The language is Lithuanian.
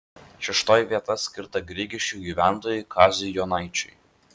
šeštoji vieta skirta grigiškių gyventojui kaziui jonaičiui